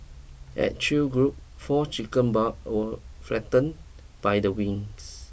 at Chew Group four chicken barb were flattened by the winds